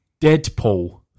Deadpool